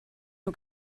nhw